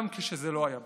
גם כשזה לא היה באופנה.